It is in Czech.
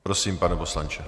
Prosím, pane poslanče.